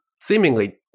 seemingly